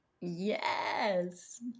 yes